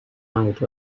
out